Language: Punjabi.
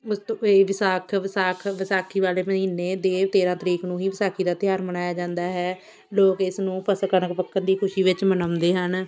ਉਸਤੋਂ ਇਹ ਵਿਸਾਖ ਵਿਸਾਖ ਵਿਸਾਖੀ ਵਾਲੇ ਮਹੀਨੇ ਦੇ ਤੇਰ੍ਹਾਂ ਤਰੀਕ ਨੂੰ ਹੀ ਵਿਸਾਖੀ ਦਾ ਤਿਉਹਾਰ ਮਨਾਇਆ ਜਾਂਦਾ ਹੈ ਲੋਕ ਇਸ ਨੂੰ ਫ਼ਸ ਕਣਕ ਪੱਕਣ ਦੀ ਖੁਸ਼ੀ ਵਿੱਚ ਮਨਾਉਂਦੇ ਹਨ